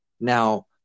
Now